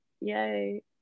yay